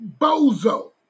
Bozo